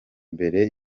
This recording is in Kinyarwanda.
mbere